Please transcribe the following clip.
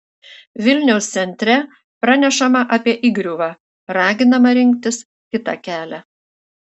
vilniaus centre pranešama apie įgriuvą raginama rinktis kitą kelią